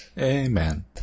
Amen